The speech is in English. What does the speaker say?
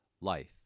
Life